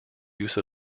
use